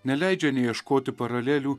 neleidžia neieškoti paralelių